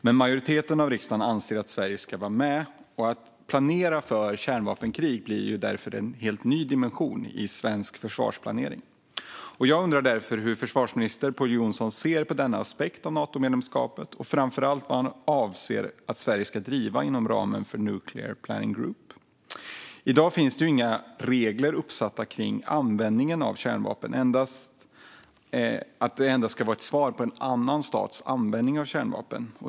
Men majoriteten av riksdagen anser att Sverige ska vara med. Att planera för kärnvapenkrig blir en helt ny dimension i svensk försvarsplanering. Jag undrar därför hur försvarsminister Pål Jonson ser på denna aspekt av Natomedlemskapet och framför allt vad han anser att Sverige ska driva inom ramen för Nuclear Planning Group. I dag finns inga regler uppsatta för användningen av kärnvapen utan endast att det ska vara ett svar på annan stats användning av kärnvapen.